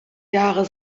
jahre